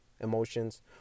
emotions